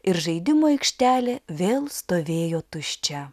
ir žaidimų aikštelė vėl stovėjo tuščia